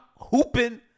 hooping